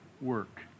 work